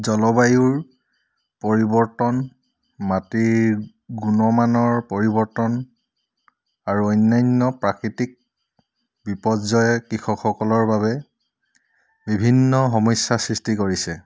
জলবায়ুৰ পৰিৱৰ্তন মাটিৰ গুণমানৰ পৰিৱৰ্তন আৰু অন্যান্য প্ৰাকৃতিক বিপৰ্যয়ে কৃষকসকলৰ বাবে বিভিন্ন সমস্যাৰ সৃষ্টি কৰিছে